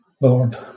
Lord